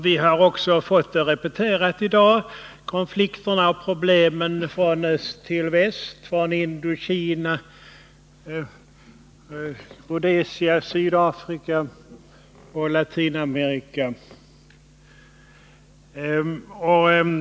Vi har också i dag fått repeterat vilka konflikter och problem som finns från öst till väst, i Indokina, Rhodesia, Sydafrika och Latinamerika.